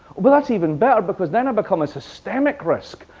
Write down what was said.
well, that's even better. because then i become a systemic risk.